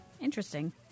interesting